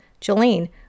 Jolene